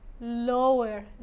lower